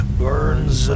burns